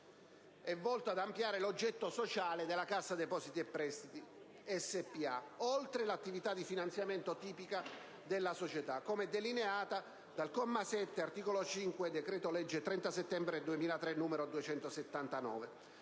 volto ad ampliare l'oggetto sociale della Cassa depositi e prestiti spa oltre l'attività di finanziamento tipica della società, come delineata dal comma 7 dell'articolo 5 del decreto-legge 30 settembre 2003, n. 269,